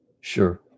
Sure